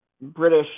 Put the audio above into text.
British